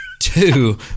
Two